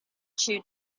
chew